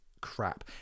crap